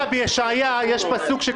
בישעיהו יש פסוק: